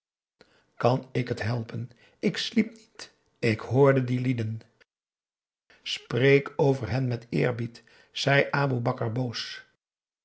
kan ik het helpen ik sliep niet ik hoorde die lieden spreek over hen met eerbied zei aboe bakar boos